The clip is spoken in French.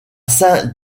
saint